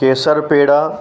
केसर पेड़ा